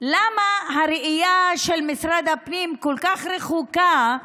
למה הראייה של משרד הפנים כל כך רחוקה,